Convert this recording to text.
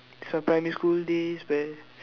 it's my primary school days where